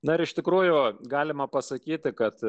na iš tikrųjų galima pasakyti kad